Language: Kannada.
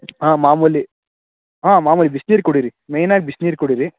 ಹಾಂ ಮಾಮೂಲಿ ಹಾಂ ಮಾಮೂಲಿ ಬಿಸ್ನೀರು ಕುಡೀರಿ ಮೇಯ್ನಾಗಿ ಬಿಸ್ನೀರು ಕುಡೀರಿ